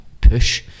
push